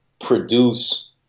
produce